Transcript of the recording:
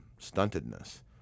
stuntedness